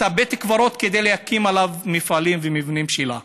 בית הקברות כד להקים עליו מפעלים ומבנים שלה.